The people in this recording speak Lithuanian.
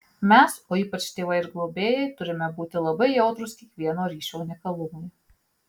mes o ypač tėvai ir globėjai turime būti labai jautrūs kiekvieno ryšio unikalumui